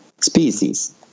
species